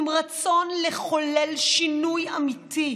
עם רצון לחולל שינוי אמיתי.